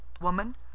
woman